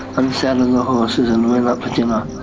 unsaddled the horses and um